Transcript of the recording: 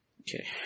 Okay